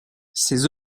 ses